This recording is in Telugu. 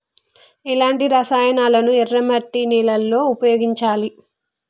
ఎలాంటి రసాయనాలను ఎర్ర మట్టి నేల లో ఉపయోగించాలి?